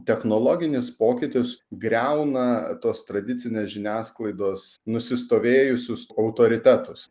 technologinis pokytis griauna tos tradicinės žiniasklaidos nusistovėjusius autoritetus